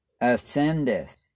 Ascendeth